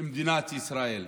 מדינת ישראל.